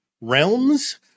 realms